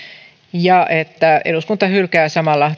ja että eduskunta hylkää samalla